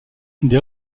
des